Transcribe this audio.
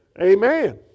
Amen